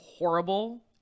horrible